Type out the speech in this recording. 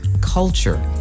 culture